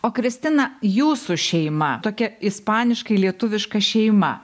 o kristina jūsų šeima tokia ispaniškai lietuviška šeima